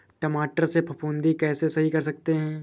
टमाटर से फफूंदी कैसे सही कर सकते हैं?